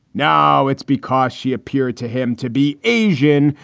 now it's because she appeared to him to be asian.